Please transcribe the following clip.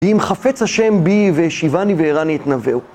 ואם חפץ השם בי והשיבני והראני את נווהו.